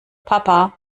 papa